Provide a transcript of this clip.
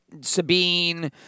Sabine